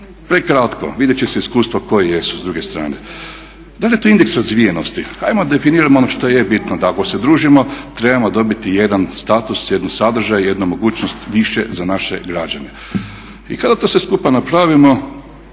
Prekratko, vidjet će se iz iskustva koje jedu s druge strane. Da li je to indeks razvijenosti? Ajmo definirati ono što je bitno da ako se družimo trebamo dobiti jedan status, jedan sadržaj, jednu mogućnost više za naše građane. I kada to sve skupa napravimo